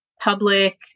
public